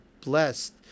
blessed